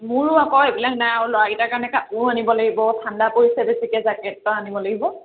মোৰো আকৌ এইবিলাক নাই আৰু ল'ৰাকেইটাৰ কাৰণে কাপোৰো আনিব লাগিব ঠাণ্ডা পৰিছে বেছিকৈ জেকেট এটা আনিব লাগিব